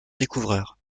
découvreur